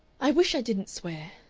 i wish i didn't swear.